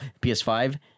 PS5